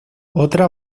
otra